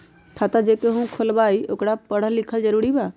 खाता जे केहु खुलवाई ओकरा परल लिखल जरूरी वा?